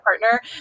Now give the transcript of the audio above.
Partner